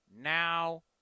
Now